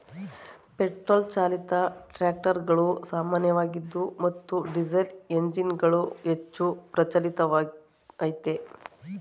petrol ಚಾಲಿತ ಟ್ರಾಕ್ಟರುಗಳು ಸಾಮಾನ್ಯವಾಗಿದ್ವು ಮತ್ತು ಡೀಸೆಲ್ಎಂಜಿನ್ಗಳು ಹೆಚ್ಚು ಪ್ರಚಲಿತವಾಗಯ್ತೆ